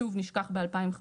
שוב, נשכח ב-2015.